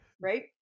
right